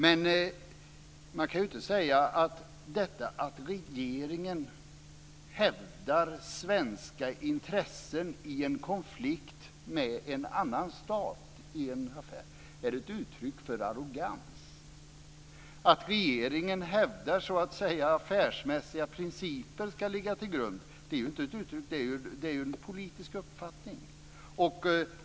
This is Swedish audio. Men man kan inte säga att det är ett uttryck för arrogans när regeringen hävdar svenska intressen i en konflikt med en annan stat i en affär. Att regeringen hävdar att affärsmässiga principer ska ligga till grund för affären är ju en politisk uppfattning.